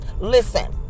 Listen